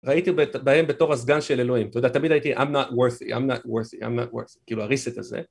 ראיתי בהם בתור הסגן של אלוהים, אתה יודע, תמיד הייתי, I'm not worthy, I'm not worthy, I'm not worthy, (אני לא שווה) כאילו החזרה הזו.